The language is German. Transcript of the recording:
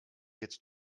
jetzt